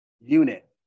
unit